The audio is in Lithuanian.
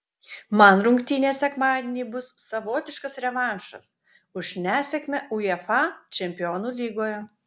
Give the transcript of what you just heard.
man rungtynės sekmadienį bus savotiškas revanšas už nesėkmę uefa čempionų lygoje